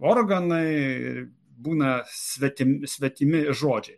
organai būna svetim svetimi žodžiai